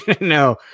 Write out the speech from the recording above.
No